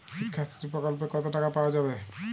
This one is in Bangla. শিক্ষাশ্রী প্রকল্পে কতো টাকা পাওয়া যাবে?